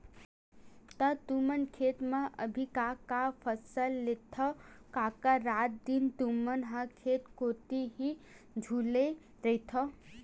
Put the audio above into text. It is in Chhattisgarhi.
त तुमन खेत म अभी का का फसल लेथव कका रात दिन तुमन ह खेत कोती ही झुले रहिथव?